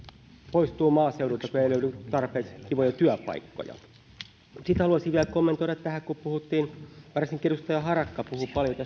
poistuvat maaseudulta kun ei löydy tarpeeksi kivoja työpaikkoja sitten haluaisin vielä kommentoida kun puhuttiin varsinkin edustaja harakka puhui paljon